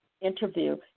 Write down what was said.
interview